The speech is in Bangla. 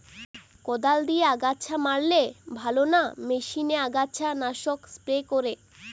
কদাল দিয়ে আগাছা মারলে ভালো না মেশিনে আগাছা নাশক স্প্রে করে?